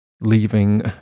leaving